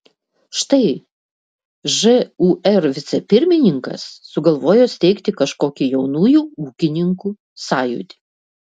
štai žūr vicepirmininkas sugalvojo steigti kažkokį jaunųjų ūkininkų sąjūdį